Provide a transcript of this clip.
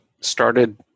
started